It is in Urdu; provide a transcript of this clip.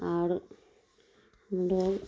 اور لوگ